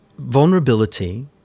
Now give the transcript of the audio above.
Vulnerability